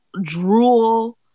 drool